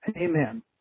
Amen